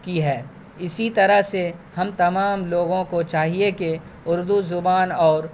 کی ہے اسی طرح سے ہم تمام لوگوں کو چاہیے کہ اردو زبان اور